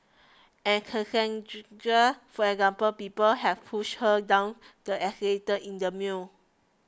and Cassandra for example people have pushed her down the escalator in the mall